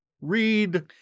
Read